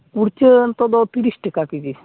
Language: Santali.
ᱠᱩᱲᱪᱟᱹ ᱱᱤᱛᱚᱜ ᱫᱚ ᱛᱤᱨᱤᱥ ᱴᱟᱠᱟ ᱠᱮᱡᱤ